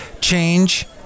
change